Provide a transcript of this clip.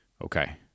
Okay